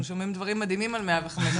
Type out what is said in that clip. אנחנו שומעים דברים מדהימים על 105,